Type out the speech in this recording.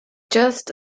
just